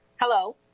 Hello